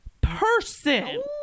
person